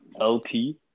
LP